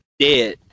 Dead